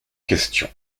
question